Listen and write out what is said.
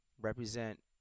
represent